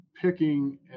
picking